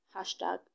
hashtag